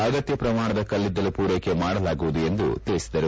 ಅಗತ್ಯ ಪ್ರಮಾಣದ ಕಲ್ಲಿದ್ದಲು ಪೂರೈಕೆ ಮಾಡಲಾಗುವುದು ಎಂದು ತಿಳಿಸಿದರು